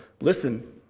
Listen